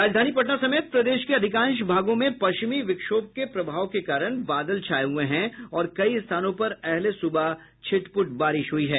राजधानी पटना समेत प्रदेश के अधिकांश भागों में पश्चिमी विक्षोभ के प्रभाव के कारण बादल छाये हुये हैं और कई स्थानों पर अहले सुबह छिटपुट बारिश हुई है